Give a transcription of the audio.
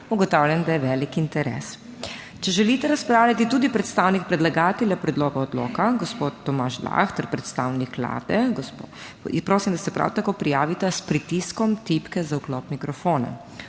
Ugotavljam, da je velik interes. Če želite razpravljati tudi predstavnik predlagatelja predloga odloka, gospod Tomaž Lah ter predstavnik Vlade, prosim, da se prav tako prijavita s pritiskom tipke za vklop mikrofona.